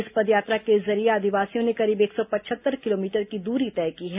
इस पदयात्रा के जरिये आदिवासियों ने करीब एक सौ पचहत्तर किलोमीटर की दूरी तय की है